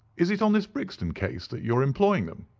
is it on this brixton case that you are employing them?